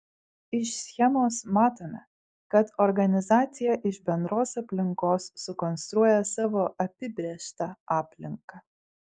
iš schemos matome kad organizacija iš bendros aplinkos sukonstruoja savo apibrėžtą aplinką